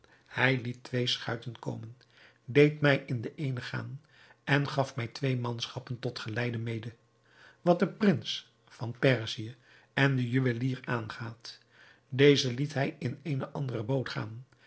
hij liet twee schuiten komen deed mij in de eene gaan en gaf mij twee manschappen tot geleide mede wat den prins van perzië en den juwelier aangaat deze liet hij in eene andere boot gaan